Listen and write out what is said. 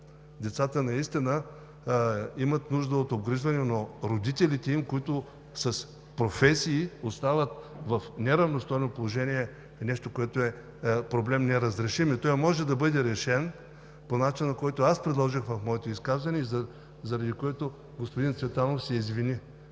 Децата наистина имат нужда от обгрижване, но родителите им с професии остават в неравностойно положение – нещо, което е неразрешим проблем. Той може да бъде решен по начина, който аз предложих в моето изказване и заради което господин Цветанов се извини,